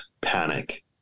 panic